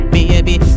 Baby